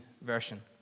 version